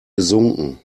gesunken